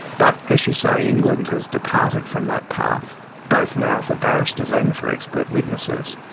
but as you say, england has departed from that path, both now for barristers and for expert witnesses,